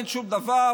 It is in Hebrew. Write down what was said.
אין שום דבר?